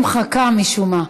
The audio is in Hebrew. מיכל רוזין נמחקה, משום מה.